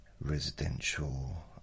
residential